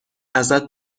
ازت